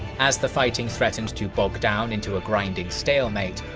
as the fighting threatened to bog down into a grinding stalemate,